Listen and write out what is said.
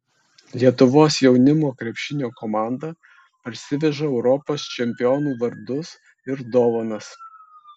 lietuvos jaunimo krepšinio komanda parsiveža europos čempionų vardus ir dovanas